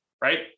right